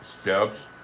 steps